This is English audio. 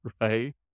right